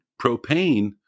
propane